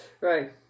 Right